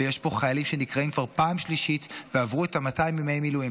ויש פה חיילים שנקראים כבר בפעם השלישית ועברו את 200 ימי המילואים,